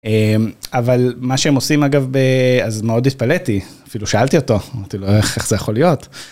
אבל מה שהם עושים אגב, אז מאוד התפלאתי, אפילו שאלתי אותו, אמרתי לו איך זה יכול להיות.